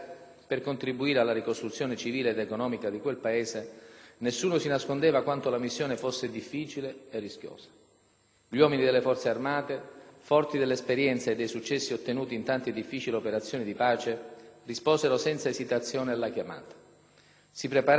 Gli uomini delle Forze armate, forti dell'esperienza e dei successi ottenuti in tante difficili operazioni di pace, risposero senza esitazione alla chiamata. Si prepararono così ad impiegare, in quella complessa realtà, lo stile e la professionalità che già li aveva distinti nelle precedenti missioni,